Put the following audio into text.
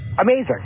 Amazing